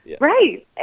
right